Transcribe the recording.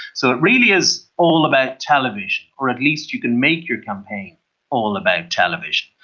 so it really is all about television, or at least you can make your campaign all about television.